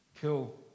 kill